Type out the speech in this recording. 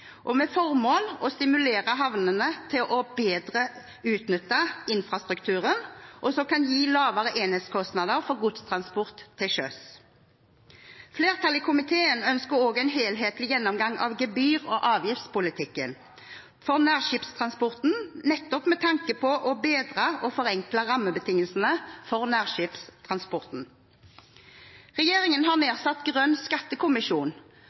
med formål å stimulere havnene til bedre å utnytte infrastrukturen, noe som kan gi lavere enhetskostnader for godstransport til sjøs. Flertallet i komiteen ønsker også en helhetlig gjennomgang av gebyr- og avgiftspolitikken for nærskipstransporten nettopp med tanke på å bedre og forenkle rammebetingelsene for nærskipstransporten. Regjeringen har nedsatt Grønn skattekommisjon,